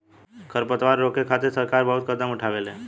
खर पतवार के रोके खातिर सरकार बहुत कदम उठावेले